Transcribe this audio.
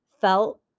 felt